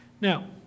Now